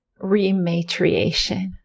rematriation